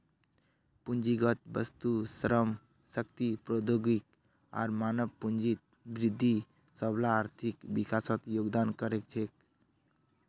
पूंजीगत वस्तु, श्रम शक्ति, प्रौद्योगिकी आर मानव पूंजीत वृद्धि सबला आर्थिक विकासत योगदान कर छेक